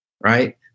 right